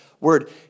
word